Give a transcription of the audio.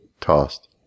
Tossed